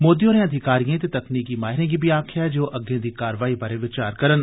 मोदी होरें अधिकारिए ते तकनीकी माहिरें गी बी आक्खेआ जे ओ अग्गे दी कारवाई बारै विचार करन